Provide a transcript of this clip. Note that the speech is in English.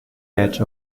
edge